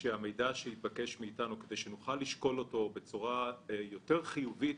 שנוכל לשקול את המידע שהתבקש מאיתנו בצורה יותר חיובית